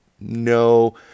no